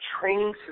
training